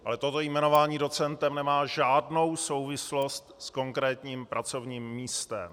Ale toto jmenování docentem nemá žádnou souvislost s konkrétním pracovním místem.